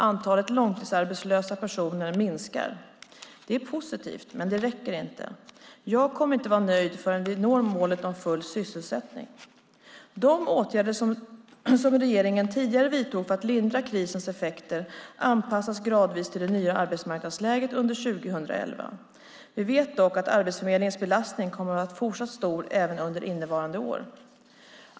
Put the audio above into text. Antalet långtidsarbetslösa personer minskar. Det är positivt, men det räcker inte. Jag kommer inte att vara nöjd förrän vi når målet om full sysselsättning. De åtgärder som regeringen vidtog tidigare för att lindra krisens effekter anpassas gradvis till det nya arbetsmarknadsläget under 2011. Vi vet dock att Arbetsförmedlingens belastning kommer att vara fortsatt stor även under innevarande år.